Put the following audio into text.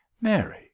Mary